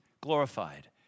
glorified